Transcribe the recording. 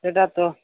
ସେଇଟା ତ